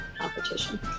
competition